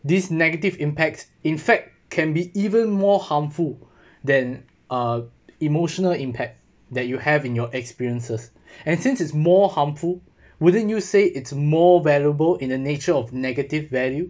these negative impacts in fact can be even more harmful than uh emotional impact that you have in your experiences and since its more harmful wouldn't you say it's more valuable in the nature of negative value